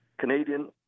Canadian